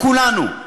כולנו,